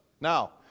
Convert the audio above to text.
Now